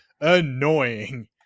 annoying